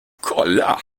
kolla